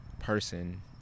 Person